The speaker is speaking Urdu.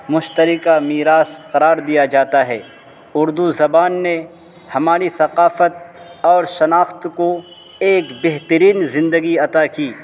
مشترکہ میراث قرار دیا جاتا ہے اردو زبان نے ہماری ثقافت اور شناخت کو ایک بہترین زندگی عطا کی